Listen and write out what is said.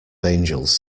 angels